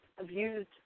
abused